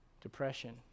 depression